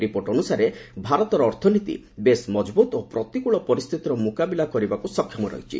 report ଅନୁସାରେ ଭାରତର ଅର୍ଥନୀତି ବେଶ୍ ମଜଭୁତ ଓ ପ୍ରତିକୂଳ ପରିସ୍ଥିତିର ମୁକାବିଲା କରିବାକୁ ସକ୍ଷମ ରହିଛି